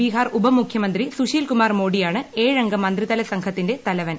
ബീഹാർ ഉപമുഖ്യമന്ത്രി സുശീൽ കുമാർ മോഡിയാണ് ഏഴംഗ മന്ത്രിതല സംഘത്തിന്റെ തലവൻ